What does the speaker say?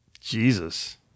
Jesus